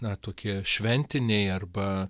na tokie šventiniai arba